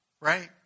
right